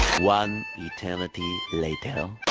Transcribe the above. one eternity later. you know